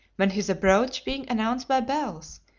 when his approach being announced by bells,